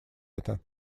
это